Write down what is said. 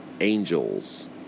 angels